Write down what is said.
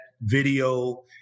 video